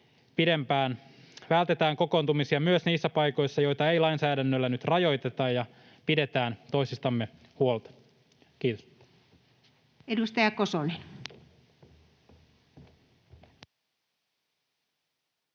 pidempään. Vältetään kokoontumisia myös niissä paikoissa, joita ei lainsäädännöllä nyt rajoiteta, ja pidetään toisistamme huolta. — Kiitos.